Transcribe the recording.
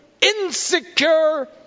Insecure